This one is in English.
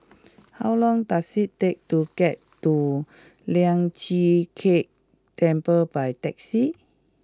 how long does it take to get to Lian Chee Kek Temple by taxi